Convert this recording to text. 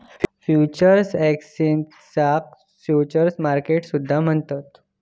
futures एक्सचेंजाक futures market सुद्धा म्हणतत